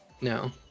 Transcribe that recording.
No